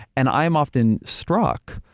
and i am often struck,